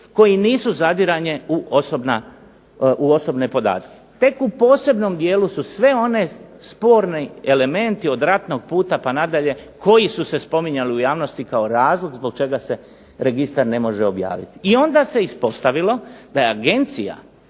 koji nisu zadiranje u osobne podatke. Tek u posebnom dijelu su svi oni sporni elementi od ratnog puta pa nadalje koji su se spominjali u javnosti kao razlog zašto se registar ne može objaviti. I onda se ispostavilo da je Agencija